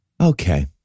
Okay